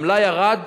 המלאי ירד,